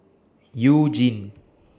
YOU Jin